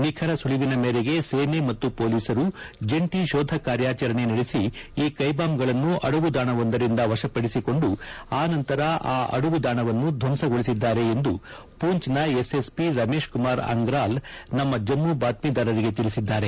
ನಿಖರ ಸುಳಿವಿನ ಮೇರೆಗೆ ಸೇನೆ ಮತ್ತು ಪೊಲೀಸರು ಜಂಟಿ ಶೋಧ ಕಾರ್ಯಾಚರಣೆ ನಡೆಸಿ ಈ ಕೈಬಾಂಬ್ಗಳನ್ನು ಅಡಗುದಾಣವೊಂದರಿಂದ ವಶಪಡಿಸಿಕೊಂಡು ಆ ನಂತರ ಆ ಅಡಗು ದಾಣವನ್ನು ದ್ವಂಸಗೊಳಿಸಿದ್ದಾರೆ ಎಂದು ಪೊಂಚ್ನ ಎಸ್ಎಸ್ಪಿ ರಮೇಶ್ ಕುಮಾರ್ ಅಂಗ್ರಾಲ್ ನಮ್ಮ ಜಮ್ಮು ಭಾತ್ವೀದಾರರಿಗೆ ತಿಳಿಸಿದ್ದಾರೆ